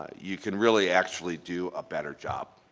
you can really actually do a better job.